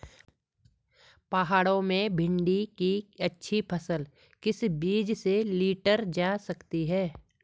पहाड़ों में भिन्डी की अच्छी फसल किस बीज से लीटर जा सकती है?